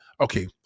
okay